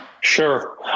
Sure